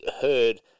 heard